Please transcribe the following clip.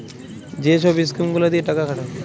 যে ছব ইস্কিম গুলা দিঁয়ে টাকা খাটায়